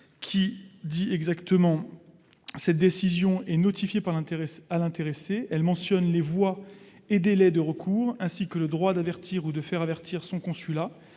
ainsi rédigé :« Cette décision est notifiée à l'intéressé. Elle mentionne les voies et délais de recours, ainsi que le droit d'avertir ou de faire avertir son consulat,